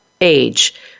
age